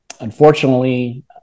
Unfortunately